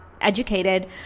educated